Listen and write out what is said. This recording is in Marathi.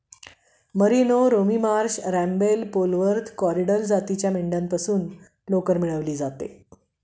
merino, Romney Marsh, Rambouillet, Polwarth, Corriedale जातीच्या मेंढ्यांपासून लोकर मिळवली जाते